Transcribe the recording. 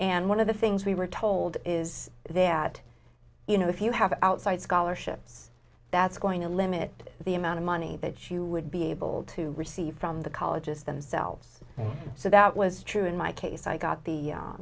and one of the things we were told is there that you know if you have outside scholarships that's going to limit the amount of money that you would be able to receive from the colleges themselves so that was true in my case i got the